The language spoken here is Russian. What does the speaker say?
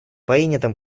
принятым